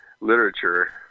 literature